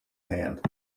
hand